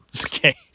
Okay